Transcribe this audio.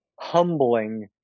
humbling